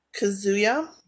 Kazuya